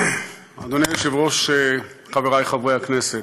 אדוני היושב-ראש, חברי חברי הכנסת,